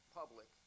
public